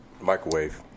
Microwave